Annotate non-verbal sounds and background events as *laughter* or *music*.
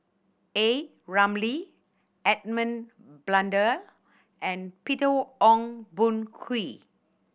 A Ramli Edmund Blundell and Peter *unintelligible* Ong Boon Kwee